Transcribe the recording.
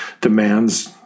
demands